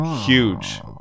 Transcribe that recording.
Huge